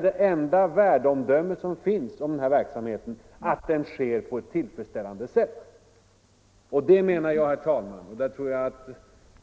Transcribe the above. Det enda värdeomdömet om denna verksamhet är där att den sker på ett tillfredsställande sätt. Jag menar, herr talman, och däri tror jag att